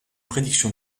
prédiction